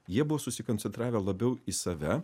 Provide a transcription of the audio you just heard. jie buvo susikoncentravę labiau į save